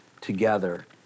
together